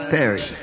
Perry